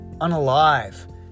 unalive